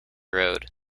road